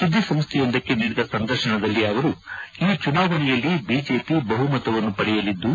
ಸುದ್ದಿಸಂಸ್ಥೆಯೊಂದಕ್ಷೆ ನೀಡಿದ ಸಂದರ್ಶನದಲ್ಲಿ ಅವರು ಈ ಚುನಾವಣೆಯಲ್ಲಿ ಬಿಜೆಪಿ ಬಹುಮತವನ್ನು ಪಡೆಯಲಿದ್ದು